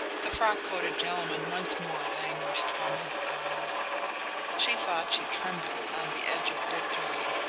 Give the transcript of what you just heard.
the frock-coated gentleman once more languished from his eyes she thought she trembled on the edge of victory.